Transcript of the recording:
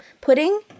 pudding